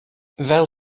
fel